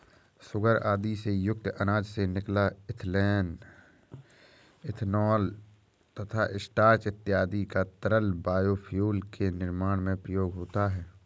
sugar आदि से युक्त अनाज से निकला इथेनॉल तथा स्टार्च इत्यादि का तरल बायोफ्यूल के निर्माण में प्रयोग होता है